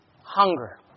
hunger